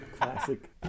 Classic